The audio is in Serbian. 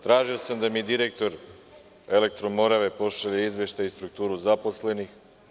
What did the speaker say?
Tražio sam da mi direktor „Elektro Morave“ pošalje izveštaj i strukturu zaposlenih.